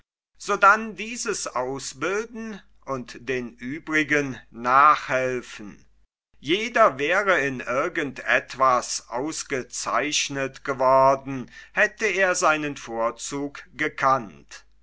sodann dieses ausbilden und den übrigen nachhelfen jeder wäre in irgend etwas ausgezeichnet geworden hätte er seinen vorzug gekannt